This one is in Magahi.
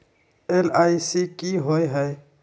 एल.आई.सी की होअ हई?